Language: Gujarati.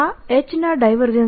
આ H ના ડાયવર્જન્સ